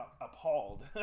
appalled